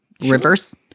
reverse